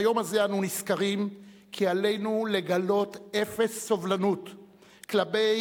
ביום הזה אנו נזכרים כי עלינו לגלות אפס סובלנות כלפי